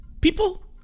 people